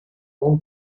own